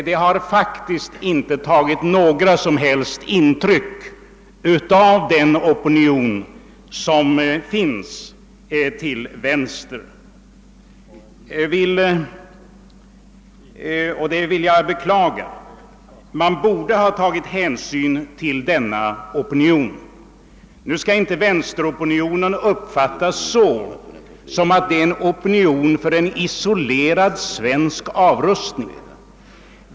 Det har faktiskt inte tagit några som helst intryck av denna opinion och det vill jag beklaga. Man borde ta hänsyn till denna opinion när man bestämmer militärutgifterna. Vänsteropinionen skall emellertid inte uppfattas såsom varande för en isolerad svensk avrustning.